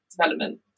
development